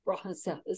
process